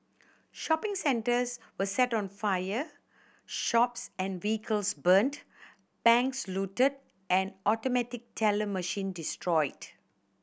shopping centres were set on fire shops and vehicles burnt banks looted and automatic teller machine destroyed